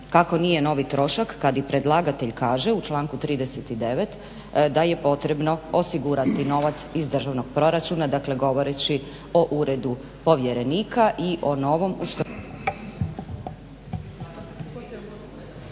kako nije novi trošak kad i predlagatelj kaže u članku 39. da je potrebno osigurati novac iz državnog proračuna, dakle govoreći o uredu povjerenika i o novom Ustavu.